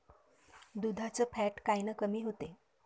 दुधाचं फॅट कायनं कमी होते?